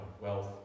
wealth